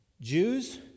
Jews